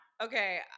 Okay